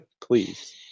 please